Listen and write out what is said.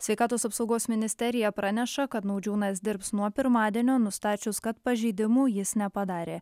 sveikatos apsaugos ministerija praneša kad naudžiūnas dirbs nuo pirmadienio nustačius kad pažeidimų jis nepadarė